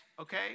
okay